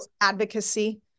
advocacy